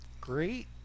great